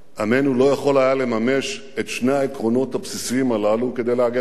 עמנו לא יכול היה לממש את שני העקרונות הבסיסיים הללו כדי להגן על עצמו,